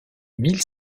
mille